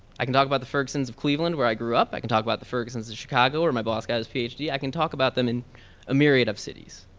i can talk about the ferguson's of cleveland where i grew up. i can talk about the ferguson's as chicago where my boss got his phd. i can talk about them in a myriad of cities.